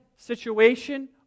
situation